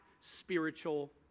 spiritual